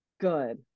Good